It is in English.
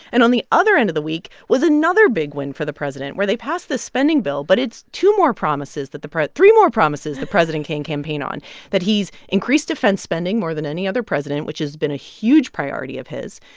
and on the other end of the week was another big win for the president, where they passed the spending bill. but it's two more promises that the three more promises the president can campaign on that he's increased defense spending more than any other president, which has been a huge priority of his,